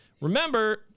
remember